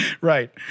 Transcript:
Right